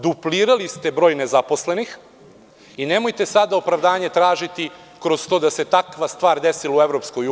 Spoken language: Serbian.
Duplirali ste broj nezaposlenih i nemate sada opravdanje tražiti kroz to da se takva stvar desila u EU.